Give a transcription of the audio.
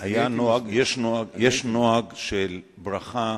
יש נוהג של ברכה,